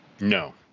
No